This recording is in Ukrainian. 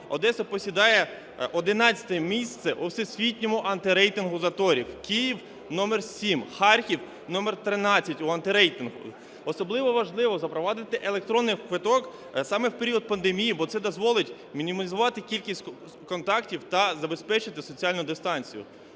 Одеса посідає 11 місце у всесвітньому антирейтингу заторів, Київ – номер 7, Харків – номер 13 у антирейтингу. Особливо важливо запровадити електронний квиток саме в період пандемії, бо це дозволить мінімізувати кількість контактів та забезпечити соціальну дистанцію.